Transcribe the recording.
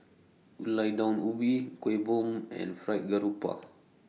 Gulai Daun Ubi Kueh Bom and Fried Garoupa